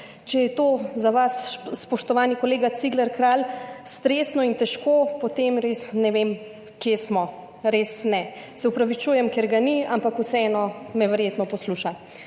Če je to za vas, spoštovani kolega Cigler Kralj, stresno in težko, potem res ne vem, kje smo, res ne. Se opravičujem, ker ga ni, ampak vseeno me verjetno posluša.